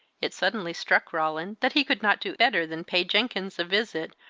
it suddenly struck roland that he could not do better than pay jenkins a visit,